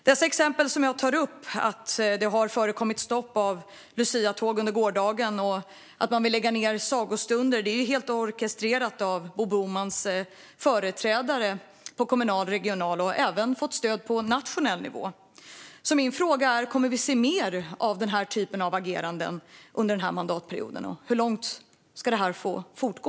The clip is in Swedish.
De exempel som jag tar upp - stopp av luciatåg under gårdagen och att man vill lägga ned sagostunder - är helt och hållet orkestrerade av företrädare för Bo Bromans parti på kommunal och regional nivå, och de har även fått stöd på nationell nivå. Min fråga är: Kommer vi att få se mer av denna typ av agerande under den här mandatperioden? Hur länge ska detta få fortgå?